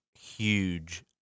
huge